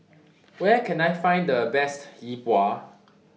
Where Can I Find The Best Yi Bua